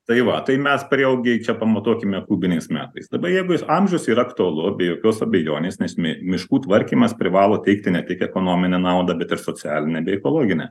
tai va tai mes prieaugį čia pamatuokime kubiniais metais dabar jeigu jis amžius yra aktualu be jokios abejonės nes mi miškų tvarkymas privalo teikti ne tik ekonominę naudą bet ir socialinę bei ekologinę